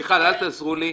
מיכל, אל תעזרו לי.